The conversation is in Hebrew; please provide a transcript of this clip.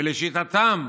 ולשיטתם,